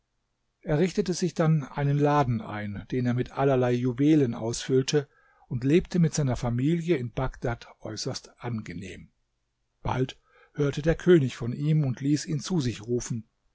er richtete sich dann einen laden ein den er mit allerlei juwelen ausfüllte und lebte mit seiner familie in bagdad äußerst angenehm bald hörte der könig von ihm und ließ ihn zu sich rufen